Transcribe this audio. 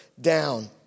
down